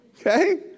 Okay